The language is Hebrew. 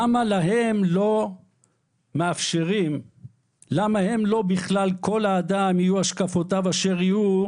למה הם לא "כל אדם, יהיו השקפותיו אשר יהיו,